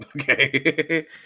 Okay